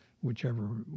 whichever